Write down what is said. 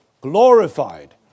glorified